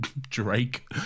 Drake